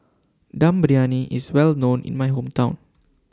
Dum Briyani IS Well known in My Hometown